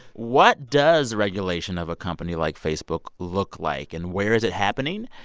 what does regulation of a company like facebook look like, and where is it happening?